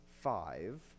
five